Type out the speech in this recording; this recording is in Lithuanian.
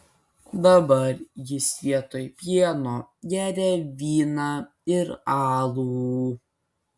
dabar jis vietoj pieno geria vyną ir alų